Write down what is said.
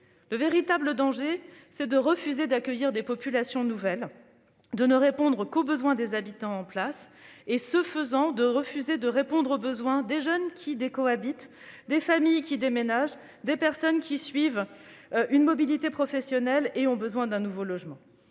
Le véritable danger, c'est de refuser d'accueillir des populations nouvelles, de ne répondre qu'aux besoins des habitants en place et, ce faisant, de refuser de répondre aux besoins des jeunes qui décohabitent, des familles qui déménagent ou des personnes qui connaissent une mobilité professionnelle et ont besoin d'un nouveau logement.